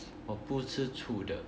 我不吃醋的